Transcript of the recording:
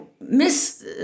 Miss